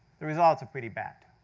the results are pretty bad.